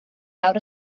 lawr